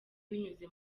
binyuze